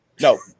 No